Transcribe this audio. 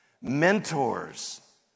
mentors